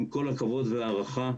עם כל הכבוד וההערכה,